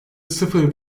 sıfır